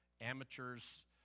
Amateurs